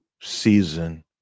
season